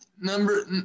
number